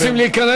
הם רוצים להיכנס,